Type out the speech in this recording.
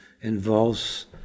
involves